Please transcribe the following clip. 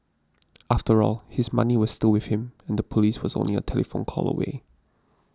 after all his money was still with him and the police was only a telephone call away